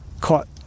caught